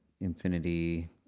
Infinity